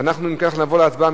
ואנחנו, אם כך, נעבור להצבעה.